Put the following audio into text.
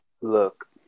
Look